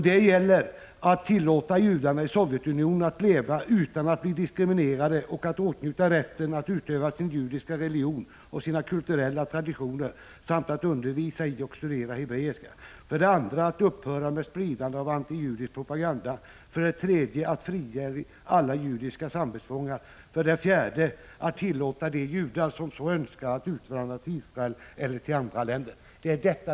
Det gäller för det första att tillåta judarna i Sovjetunionen att leva utan att bli diskriminerade och att åtnjuta rätten att utöva sin judiska religion och sina kulturella traditioner samt undervisa i och studera hebreiska, för det andra att upphöra med spridande av antijudisk propaganda, för det tredje att frige alla judiska samvetsfångar och för det fjärde att tillåta de judar som så önskar att utvandra till Israel eller andra länder.